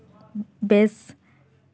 ᱵᱮᱥ